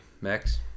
Max